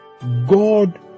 God